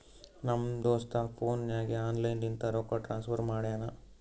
ನಮ್ ದೋಸ್ತ ಫೋನ್ ನಾಗೆ ಆನ್ಲೈನ್ ಲಿಂತ ರೊಕ್ಕಾ ಟ್ರಾನ್ಸಫರ್ ಮಾಡ್ತಾನ